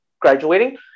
graduating